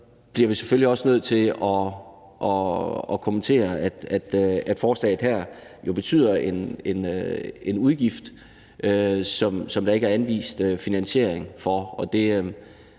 Så bliver vi selvfølgelig også nødt til at kommentere, at forslaget her vil betyde en udgift, som der ikke er anvist finansiering for.